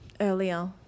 earlier